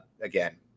again